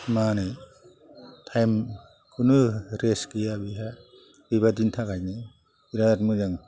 मा होनो टाइम खुनु रेस्त गैया बिहा बेबायदिनि थाखायनो बिराद मोजां